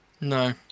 No